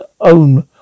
own